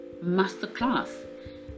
masterclass